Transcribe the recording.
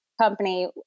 company